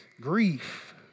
grief